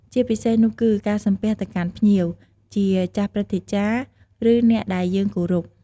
ជាពិសេសនោះគឺ ការសំពះទៅកាន់ភ្ញៀវ ជាចាស់ព្រឹទ្ធាចារ្យ ឬអ្នកដែលយើងគោរព។